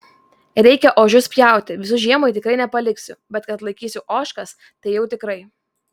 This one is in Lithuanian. reikia ožius pjauti visų žiemai tikrai nepaliksiu bet kad laikysiu ožkas tai jau tikrai